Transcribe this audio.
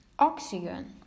oxygen